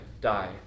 die